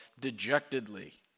dejectedly